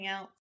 else